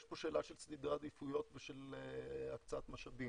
יש פה שאלה של סדרי עדיפויות ושל הקצאת משאבים.